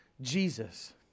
Jesus